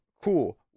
cool